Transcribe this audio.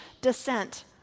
descent